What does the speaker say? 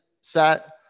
set